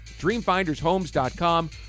DreamFindersHomes.com